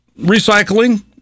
recycling